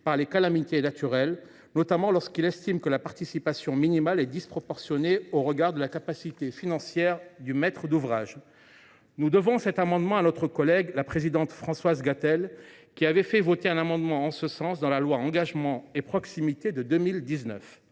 par les calamités naturelles, notamment lorsqu’il estime que la participation minimale est disproportionnée au regard de la capacité financière du maître d’ouvrage. Nous devons cet amendement à notre collègue la présidente Françoise Gatel, qui avait fait voter un amendement allant en ce sens dans la loi du 27 décembre 2019